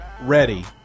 ready